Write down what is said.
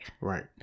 Right